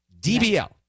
DBL